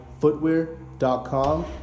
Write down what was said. Footwear.com